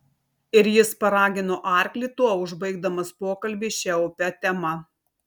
ir jis paragino arklį tuo užbaigdamas pokalbį šia opia tema